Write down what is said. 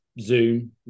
Zoom